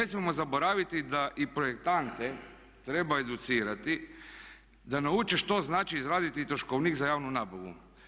Ne smijemo zaboraviti da i projektante treba educirati, da nauče što znači izraditi troškovnik za javnu nabavu.